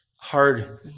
hard